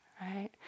right